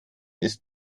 ist